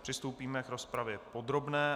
Přistoupíme k rozpravě podrobné.